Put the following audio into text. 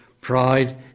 Pride